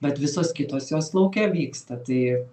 bet visos kitos jos lauke vyksta tai